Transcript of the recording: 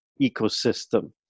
ecosystem